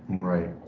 Right